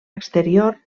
exterior